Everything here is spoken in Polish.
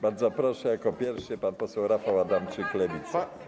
Bardzo proszę, jako pierwszy pan poseł Rafał Adamczyk, Lewica.